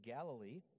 Galilee